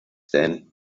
denn